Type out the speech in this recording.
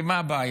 הרי מה הבעיה?